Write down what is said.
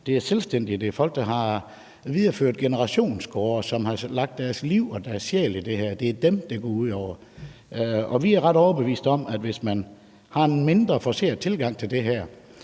Det er selvstændige. Det er folk, der har videreført generationsgårde, og som har lagt deres liv og deres sjæl i det her. Det er dem, det går ud over, og vi er ret overbeviste om, at hvis man har en mindre forceret tilgang til det her,